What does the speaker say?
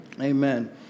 Amen